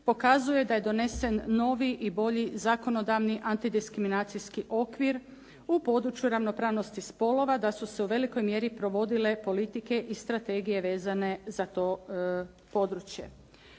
pokazuje da je donesen novi i bolji zakonodavni antidiskriminacijski okvir u području ravnopravnosti spolova da su se u velikoj mjeri provodile politike i strategije vezane za to područje.